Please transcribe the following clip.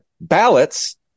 ballots